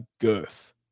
girth